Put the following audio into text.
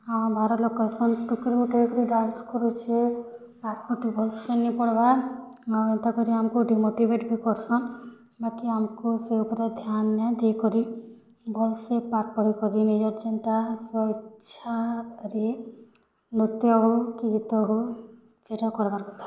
ଆମ ଘର ହଁ ଲୋକ୍ କହେସନ୍ ଟୁକୁଲ୍ ଗୁଟେ ଏମିତି ଡ଼ାନ୍ସ୍ କରୁଛି ପାଠ୍ ଭଲସେ ନେହିଁ ପଢ଼ବାର୍ ଆଉ ଏଇଟା କରି ଆମକୁ ଡ଼ିମୋଟିଭେଟ୍ ଭି କରୁସନ୍ ନାଁ କି ଆମକୁ ସେଇ ଉପରେ ଧ୍ୟାନ୍ ନେଇଁ ଦେଇକରି ଭଲସେ ପାଠ୍ ପଢ଼ିକରି ନିଜର୍ ଜେଣ୍ଟା ସ୍ଵଇଚ୍ଛାରେ ନୃତ୍ୟ ହଉ କି ଗୀତ ହଉ ସେଇଟା କରବାର୍ କଥା